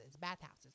Bathhouses